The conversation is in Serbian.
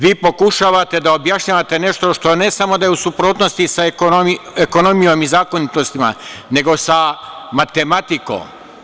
Vi pokušavate da objašnjavate nešto što ne samo da je u suprotnosti sa ekonomijom i zakonitostima, nego sa matematikom.